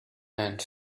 and